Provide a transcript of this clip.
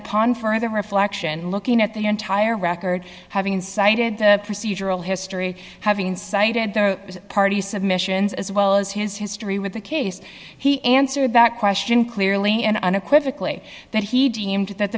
upon further reflection looking at the entire record having cited the procedural history having cited the party submissions as well as his history with the case he answered that question clearly and unequivocally that he deemed that